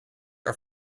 are